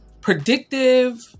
predictive